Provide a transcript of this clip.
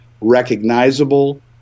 Recognizable